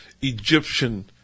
Egyptian